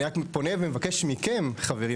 אני רק פונה ומבקש מכם חברים,